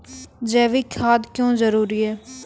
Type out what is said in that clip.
जैविक खाद क्यो जरूरी हैं?